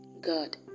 God